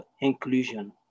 inclusion